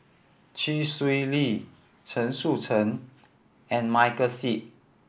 Chee Swee Lee Chen Sucheng and Michael Seet